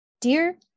Dear